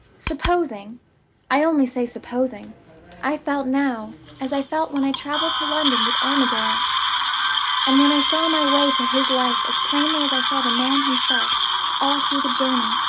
supposing i only say supposing i felt now, as i felt when i traveled to london with armadale and when i saw my way to his life as plainly as i saw the man himself all through the journey?